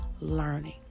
learning